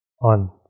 on